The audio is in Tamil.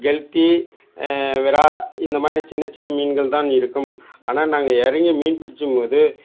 கெளுத்தி வெறால் இந்த மாதிரி சின்ன சின்ன மீன்கள் தான் இருக்கும் ஆனால் நாங்கள் இறங்கி மீன் பிடிக்கும் போது